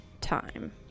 time